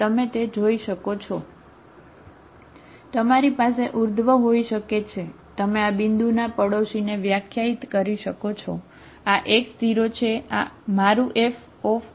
તમે આ બિંદુના પડોશીને વ્યાખ્યાયિત કરી શકો છો આ x0 છે આ મારું F છે તે તમારું y0 છે